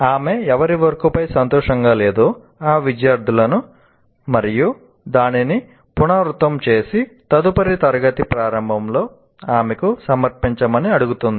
ఆమె ఎవరి వర్క్ పై సంతోషంగా లేదో ఆ విద్యార్థులను మరియు దానిని పునరావృతం చేసి తదుపరి తరగతి ప్రారంభంలో ఆమెకు సమర్పించమని అడుగుతుంది